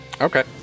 Okay